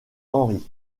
henry